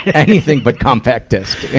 anything but compact disc.